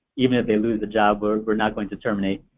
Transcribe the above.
even if they lose a job we're we're not going to terminate.